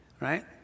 Right